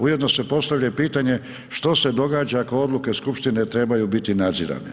Ujedno se postavlja i pitanje što se događa ako odluke skupštine trebaju biti nadzirane.